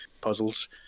puzzles